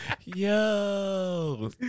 Yo